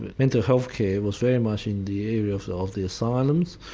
mental health care was very much in the area of the of the asylums,